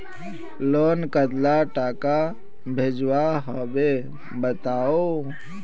Loan कतला टाका भेजुआ होबे बताउ?